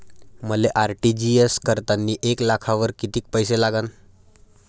मले आर.टी.जी.एस करतांनी एक लाखावर कितीक पैसे लागन?